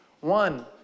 One